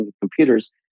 computers